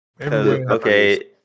Okay